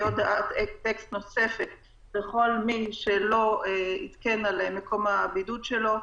הודעת טקסט נוספת לכל מי שלא עדכן על מקום הבידוד שלו.